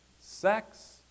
sex